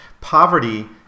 poverty